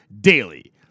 DAILY